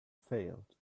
failed